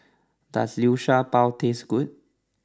does Liu Sha Bao taste good